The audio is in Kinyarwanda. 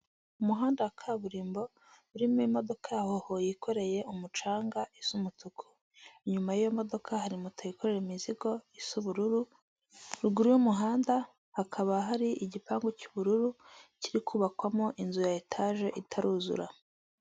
Umuhanda wa kaburimbo urimo imodoka ya hoho yikoreye umucanga isa umutuku, inyuma y'iyo modoka hari moto yikorera imizigo isa ubururu. Ruguru y'umuhanda hakaba hari igipangu cy'ubururu kiri kubakwamo inzu ya etaje itaruzura.